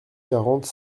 quarante